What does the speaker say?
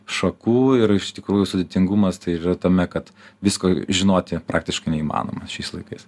šakų ir iš tikrųjų sudėtingumas tai yra tame kad visko žinoti praktiškai neįmanoma šiais laikais